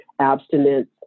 abstinence